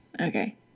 Okay